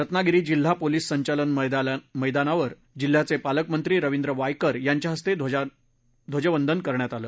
रत्नागिरीत जिल्हा पोलीस संचलन मैदानावर जिल्ह्याचे पालकमंत्री रवींद्र वायकर यांच्या हस्ते ध्वजवंदन करण्यात आलं